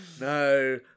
no